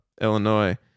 Illinois